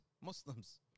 Muslims